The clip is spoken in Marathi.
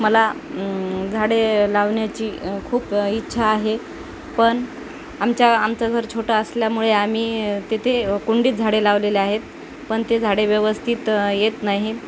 मला झाडे लावण्याची खूप इच्छा आहे पण आमच्या आमचं घर छोटं असल्यामुळे आम्ही तेथे कुंडीत झाडे लावलेले आहेत पण ते झाडे व्यवस्थित येत नाहीत